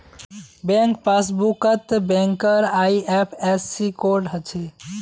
bank पासबुकत बैंकेर IFSC code हछे